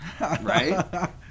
Right